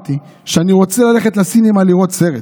אמרת שאני רוצה ללכת לסינמה לראות סרט.